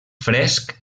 fresc